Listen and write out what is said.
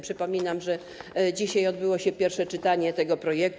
Przypominam, że dzisiaj odbyło się pierwsze czytanie tego projektu.